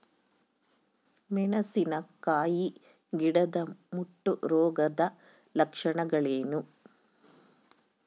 ಮೆಣಸಿನಕಾಯಿ ಗಿಡದ ಮುಟ್ಟು ರೋಗದ ಲಕ್ಷಣಗಳೇನು?